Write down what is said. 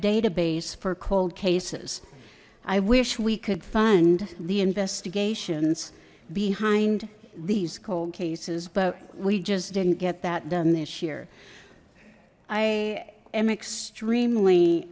database for cold cases i wish we could fund the investigations behind these cold cases but we just didn't get that done this year i am extremely